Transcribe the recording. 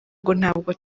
ntabwo